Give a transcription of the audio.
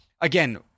again